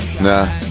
Nah